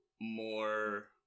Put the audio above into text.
more